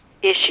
issue